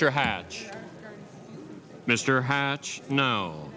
here hatch mr hatch no